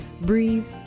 Breathe